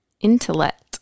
intellect